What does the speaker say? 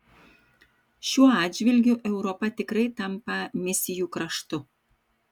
šiuo atžvilgiu europa tikrai tampa misijų kraštu